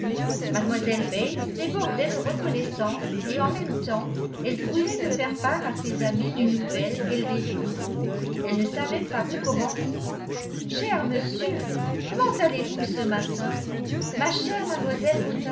mlle bates débordait de reconnaissance et en même tempe elle brûlait de faire part à ses amis d'une nouvelle qu'elle détenait elle ne savait par où commencer cher monsieur comment allez-vous ce matin ma chère mademoiselle